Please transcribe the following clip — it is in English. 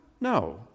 No